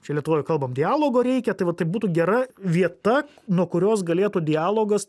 čia lietuvoj kalbam dialogo reikia tai vat tai būtų gera vieta nuo kurios galėtų dialogas